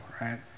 right